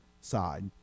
side